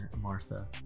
Martha